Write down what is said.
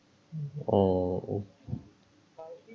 mm